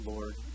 Lord